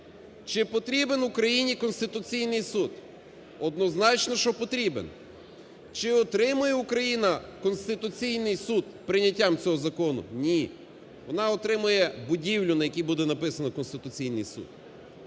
Чи потрібен Україні Конституційний Суд? Однозначно, що потрібен. Чи отримає Україна Конституційний Суд прийняттям цього закону? Ні. Вона отримає будівлю, на якій буде написано: "Конституційний Суд".